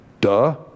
Duh